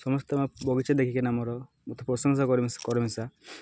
ସମସ୍ତେଙ୍କ ବଗିଚା ଦେଖିକି ନା ମୋର ମତେ ପ୍ରଶଂସା